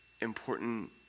important